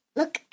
Look